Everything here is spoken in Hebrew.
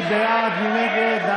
מי נגד?